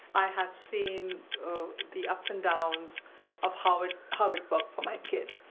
i have seen the ups and downs of how it how it worked for my kid.